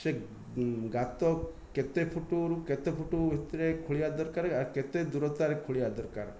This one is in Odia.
ସେ ଗାତ କେତେ ଫୁଟ୍ରୁ କେତେ ଫୁଟ୍ ଭିତରେ ଖୋଳିବା ଦରକାର ଆଉ କେତେ ଦୂରତାରେ ଖୋଳିବା ଦରକାର